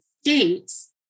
States